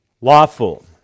lawful